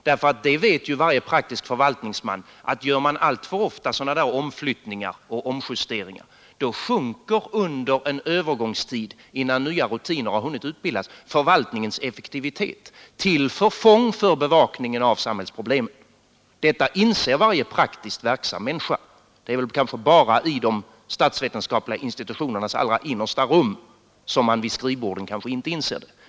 Varje praktiskt verksam förvaltningsman vet ju att gör man alltför ofta sådana där omflyttningar och justeringar under en övergångstid, innan nya rutiner har hunnit utbildas, minskas förvaltningens effektivitet till förfång för bevakningen av samhällsproblemen. Detta inser varje praktiskt verksam människa. Det är väl bara i de statsvetenskapliga institutionernas allra innersta rum som man vid skrivborden kanske inte inser det.